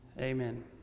Amen